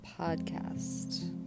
podcast